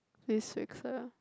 this week the